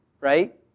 right